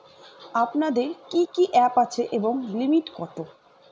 আপনাদের কি কি অ্যাপ আছে এবং লিমিট কত?